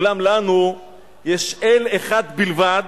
אולם לנו יש אל אחד בלבד